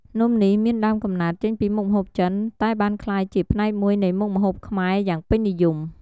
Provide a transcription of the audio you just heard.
នំនេះមានដើមកំណើតចេញពីមុខម្ហូបចិន តែបានក្លាយជាផ្នែកមួយនៃមុខម្ហូបខ្មែរយ៉ាងពេញនិយម។